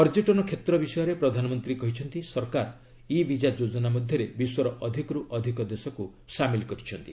ପର୍ଯ୍ୟଟନ କ୍ଷେତ୍ର ବିଷୟରେ ପ୍ରଧାନମନ୍ତ୍ରୀ କହିଛନ୍ତି ସରକାର ଇ ବିଜା ଯୋଜନା ମଧ୍ୟରେ ବିଶ୍ୱର ଅଧିକ ଦେଶକୁ ସାମିଲ କରିଛନ୍ତି